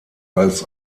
als